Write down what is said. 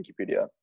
Wikipedia